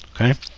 okay